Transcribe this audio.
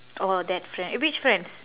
oh that frie~ eh which friends